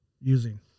using